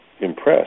impressed